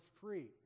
free